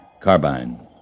carbine